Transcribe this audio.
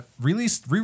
released